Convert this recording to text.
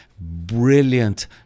brilliant